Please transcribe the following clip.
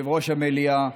יושב-ראש המליאה,